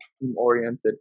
team-oriented